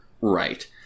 Right